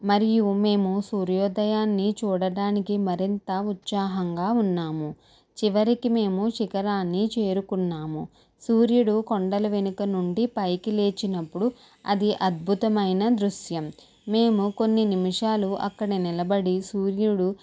మరియు మేము సూర్యోదయాన్ని చూడటానికి మరింత ఉత్సాహంగా ఉన్నాము చివరికి మేము శిఖరాన్ని చేరుకున్నాము సూర్యుడు కొండలు వెనుక నుండి పైకి లేచినప్పుడు అది అద్భుతమైన దృశ్యం మేము కొన్ని నిమిషాలు అక్కడే నిలబడి సూర్యుడు